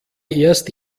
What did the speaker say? erst